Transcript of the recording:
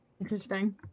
Interesting